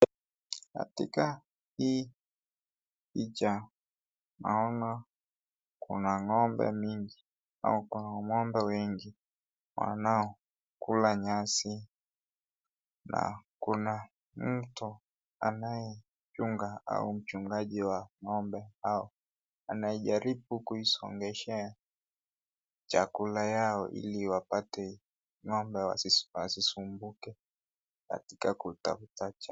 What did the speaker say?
Katika hii picha, naona kuna ng'ombe mingi au kuna ng'ombe wengi wanaokula nyasi na kuna mtu anayechunga au mchungaji wa ng'ombe hao anayejaribu kuisongeshea chakula yao ili wapate ng'ombe wasisumbuke katika kutafuta.